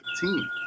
team